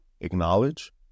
acknowledge